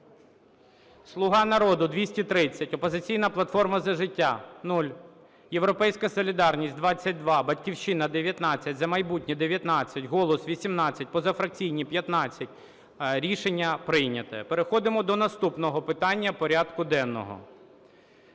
"Слуга народу" – 230, "Опозиційна платформа – За життя" – 0, "Європейська солідарність" – 22, "Батьківщина" – 19, "За майбутнє" – 19, "Голос" – 18, позафракційні – 15. Рішення прийнято. Переходимо до наступного питання порядку денного.